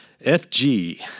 FG